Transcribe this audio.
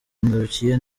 ngarukiye